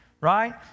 Right